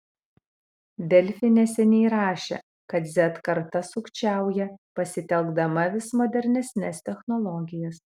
delfi neseniai rašė kad z karta sukčiauja pasitelkdama vis modernesnes technologijas